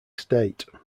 state